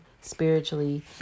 spiritually